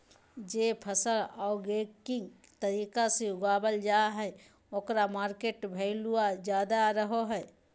जे फसल ऑर्गेनिक तरीका से उगावल जा हइ ओकर मार्केट वैल्यूआ ज्यादा रहो हइ